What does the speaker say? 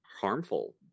harmful